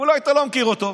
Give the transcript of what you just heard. אולי אתה לא מכיר אותו.